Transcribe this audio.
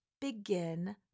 begin